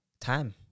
Time